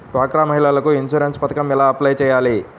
డ్వాక్రా మహిళలకు ఇన్సూరెన్స్ పథకం ఎలా అప్లై చెయ్యాలి?